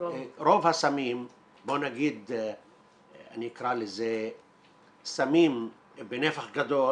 רוב הסמים, בוא נגיד, אני אקרא לזה סמים בנפח גדול